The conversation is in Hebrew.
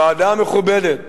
ועדה מכובדת